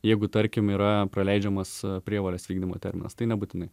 jeigu tarkim yra praleidžiamas prievolės vykdymo terminas tai nebūtinai